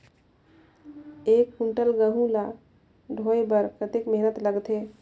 एक कुंटल गहूं ला ढोए बर कतेक मेहनत लगथे?